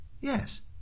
Yes